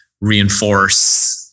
reinforce